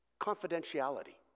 Confidentiality